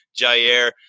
Jair